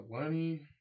Lenny